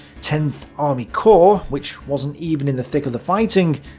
tenth army corps, which wasn't even in the thick of the fighting,